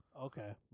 Okay